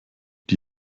die